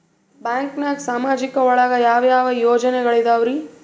ಬ್ಯಾಂಕ್ನಾಗ ಸಾಮಾಜಿಕ ಒಳಗ ಯಾವ ಯಾವ ಯೋಜನೆಗಳಿದ್ದಾವ್ರಿ?